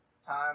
time